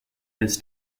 his